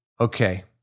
Okay